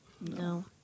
No